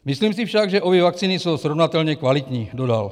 Myslím si však, že obě vakcíny jsou srovnatelně kvalitní, dodal.